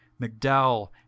McDowell